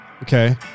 Okay